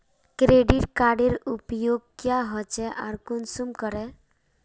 Credit कार्डेर उपयोग क्याँ होचे आर कुंसम करे?